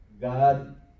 God